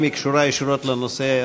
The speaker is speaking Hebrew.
אם היא קשורה ישירות לנושא,